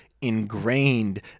ingrained